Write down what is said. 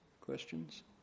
questions